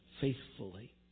faithfully